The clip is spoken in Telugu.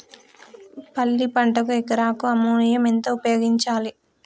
పల్లి పంటకు ఎకరాకు అమోనియా ఎంత ఉపయోగించాలి?